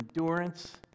endurance